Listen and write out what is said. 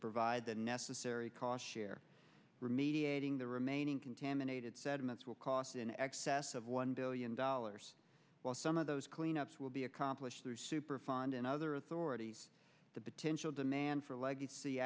provide the necessary cost share remediating the remaining contaminated sediments will cost in excess of one billion dollars while some of those clean ups will be accomplished through superfund and other authorities the potential demand for legacy